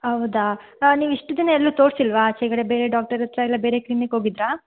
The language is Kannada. ಹೌದಾ ನೀವು ಇಷ್ಟು ದಿನ ಎಲ್ಲೂ ತೋರಿಸಿಲ್ವಾ ಆಚೆಕಡೆ ಬೇರೆ ಡಾಕ್ಟರ ಹತ್ರ ಇಲ್ಲ ಬೇರೆ ಕ್ಲಿನಿಕ್ ಹೋಗಿದ್ರಾ